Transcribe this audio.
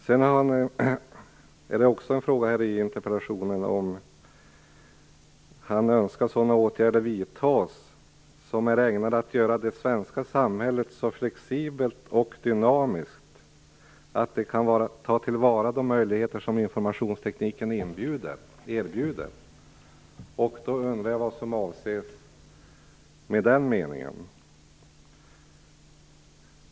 Vidare önskar Per Unckel enligt interpellationen att sådana åtgärder vidtas som är ägnade att göra det svenska samhället så flexibelt och dynamiskt att det kan ta till vara de möjligheter som informationstekniken erbjuder. Jag undrar vad som avses med det som sägs i den meningen.